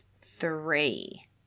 three